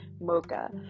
Mocha